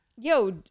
Yo